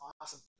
awesome